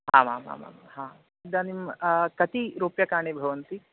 आमामाम् हा इदानीं कति रूप्यकाणि भवन्ति